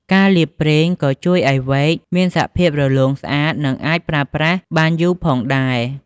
ការលាបប្រេងក៏ជួយឱ្យវែកមានសភាពរលោងស្អាត និងអាចប្រើប្រាស់បានយូរផងដែរ។